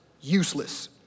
useless